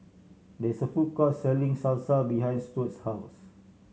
there is a food court selling Salsa behind Stuart's house